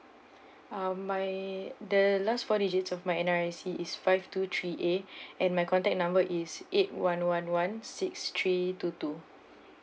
uh my the last four digits of my N_R_I_C is five two three A and my contact number is eight one one one six three two two